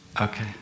Okay